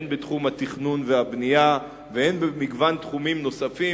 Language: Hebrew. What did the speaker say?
הן בתחום התכנון והבנייה והן במגוון תחומים נוספים,